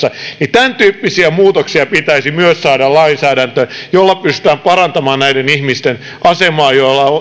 tämäntyyppisiä muutoksia pitäisi myös saada lainsäädäntöön jolla pystytään parantamaan näiden ihmisten asemaa